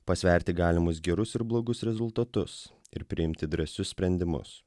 pasverti galimus gerus ir blogus rezultatus ir priimti drąsius sprendimus